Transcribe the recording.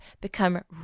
become